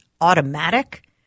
automatic